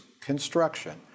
construction